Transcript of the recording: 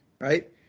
Right